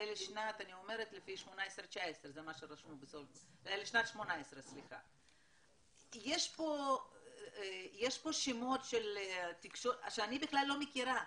זה לשנת 2018. יש פה שמות של תקשורת שאני בכלל לא מכירה.